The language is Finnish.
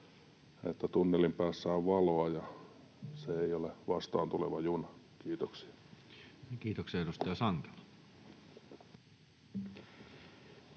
että tunnelin päässä on valoa ja että se ei ole vastaantuleva juna. — Kiitoksia. Kiitoksia. — Edustaja Sankelo.